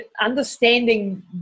understanding